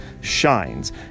shines